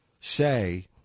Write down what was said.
say